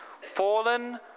fallen